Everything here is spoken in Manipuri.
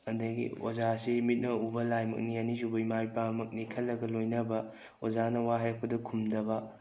ꯑꯗꯒꯤ ꯑꯣꯖꯥꯁꯤ ꯃꯤꯠꯅ ꯎꯕ ꯂꯥꯏꯃꯛꯅꯤ ꯑꯅꯤꯁꯨꯕ ꯏꯃꯥ ꯏꯄꯥꯃꯛꯅꯤ ꯈꯜꯂꯒ ꯂꯣꯏꯅꯕ ꯑꯣꯖꯥꯅ ꯋꯥ ꯍꯥꯏꯔꯛꯄꯗ ꯈꯨꯝꯗꯕ